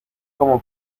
como